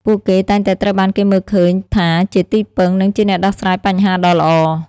ពួកគេតែងតែត្រូវបានគេមើលឃើញថាជាទីពឹង និងជាអ្នកដោះស្រាយបញ្ហាដ៏ល្អ។